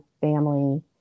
family